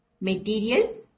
materials